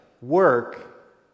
work